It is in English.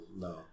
no